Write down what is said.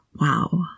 wow